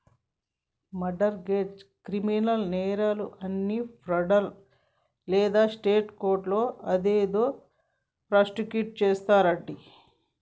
mart గెజ్, criminal నేరాలు అన్ని federal లేదా స్టేట్ కోర్టులో అదేదో ప్రాసుకుట్ చేస్తారంటి